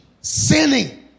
sinning